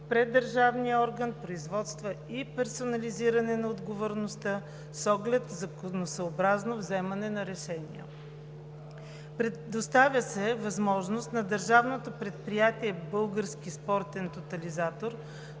пред държавния орган производства и персонализиране на отговорността с оглед законосъобразно вземане на решения. Предоставя се възможност на Държавното предприятие „Български спортен тотализатор“